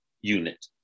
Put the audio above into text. unit